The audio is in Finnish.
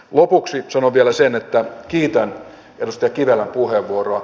lopuksi sanon vielä sen että kiitän edustaja kivelän puheenvuoroa